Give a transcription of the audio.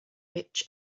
rich